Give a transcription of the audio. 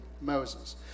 Moses